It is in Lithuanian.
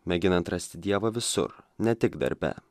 mėginant ras dievą visur ne tik darbe